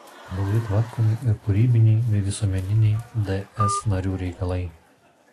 blogai tvarkomi ir kūrybiniai bei visuomeniniai ds narių reikalai